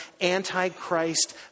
anti-Christ